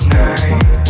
night